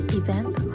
event